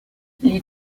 les